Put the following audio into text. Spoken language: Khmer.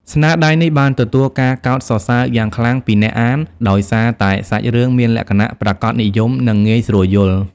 ស្នាដៃនេះបានទទួលការកោតសរសើរយ៉ាងខ្លាំងពីអ្នកអានដោយសារតែសាច់រឿងមានលក្ខណៈប្រាកដនិយម និងងាយស្រួលយល់។